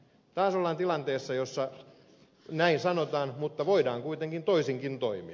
taas ollaan tilanteessa jossa näin sanotaan mutta voidaan kuitenkin toisinkin toimia